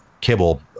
kibble